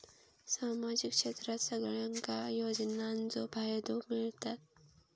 सामाजिक क्षेत्रात सगल्यांका योजनाचो फायदो मेलता?